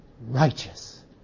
righteous